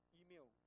email